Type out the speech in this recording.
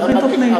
להכין תוכנית.